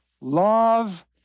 Love